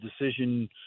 decision